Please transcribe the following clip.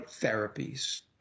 Therapies